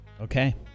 Okay